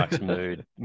mood